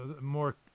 More